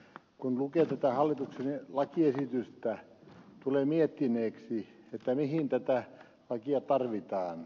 kun lukee tätä hallituksen lakiesitystä tulee miettineeksi mihin tätä lakia tarvitaan